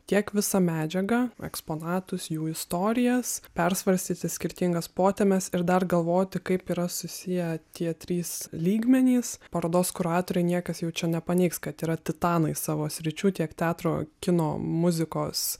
tiek visą medžiagą eksponatus jų istorijas persvarstyti skirtingas plotmes ir dar galvoti kaip yra susiję tie trys lygmenys parodos kuratoriai niekas jaučiu nepaneigs kad yra titanai savo sričių tiek teatro kino muzikos